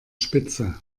spitze